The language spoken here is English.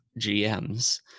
gms